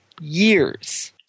years